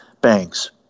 banks